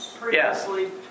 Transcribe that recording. previously